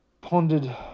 Pondered